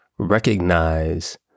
recognize